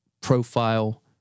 profile